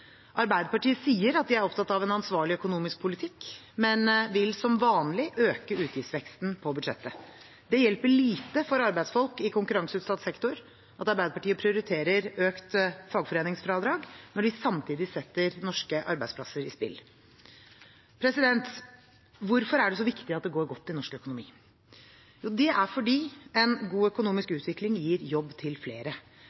Arbeiderpartiet sier at de er opptatt av en ansvarlig økonomisk politikk, men vil som vanlig øke utgiftsveksten på budsjettet. Det hjelper lite for arbeidsfolk i konkurranseutsatt sektor at Arbeiderpartiet prioriterer økt fagforeningsfradrag når de samtidig setter norske arbeidsplasser i spill. Hvorfor er det så viktig at det går godt i norsk økonomi? Det er fordi en god økonomisk